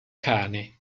cane